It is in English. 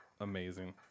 Amazing